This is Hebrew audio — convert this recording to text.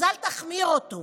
אז אל תחמיר אותו.